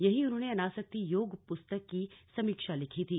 यहीं उन्होंने अनासक्ति योग पुस्तक की समीक्षा लिखी थी